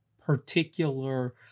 particular